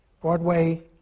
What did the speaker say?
Broadway